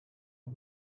are